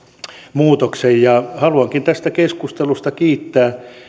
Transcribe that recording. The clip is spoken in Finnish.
muutoksen haluankin tästä keskustelusta kiittää